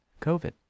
COVID